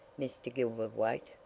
mr. gilverthwaite?